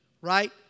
right